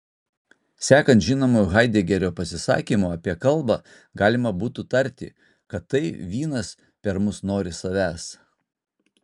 sekant žinomu haidegerio pasisakymu apie kalbą galima būtų tarti kad tai vynas per mus nori savęs